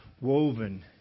woven